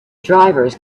drivers